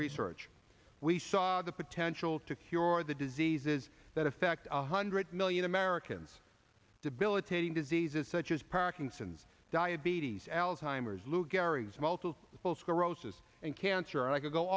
research we saw the potential to cure or the diseases that affect one hundred million americans debilitating diseases such as parkinson's diabetes alzheimer's lou gehrig's multiple sclerosis and cancer and i could go